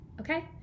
Okay